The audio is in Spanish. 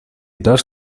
dos